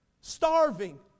starving